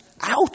Ouch